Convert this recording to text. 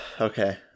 okay